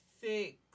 six